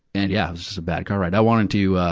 and yeah, it was just a bad car ride. i wanted to, ah,